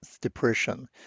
depression